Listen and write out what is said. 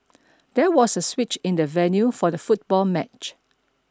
there was a switch in the venue for the football match